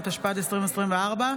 התשפ"ד 2024,